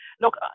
look